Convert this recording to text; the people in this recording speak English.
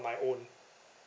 my own